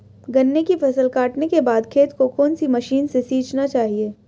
गन्ने की फसल काटने के बाद खेत को कौन सी मशीन से सींचना चाहिये?